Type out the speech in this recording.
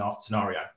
scenario